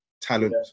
talent